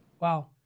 Wow